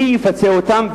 מי יפצה אותם,